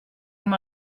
amb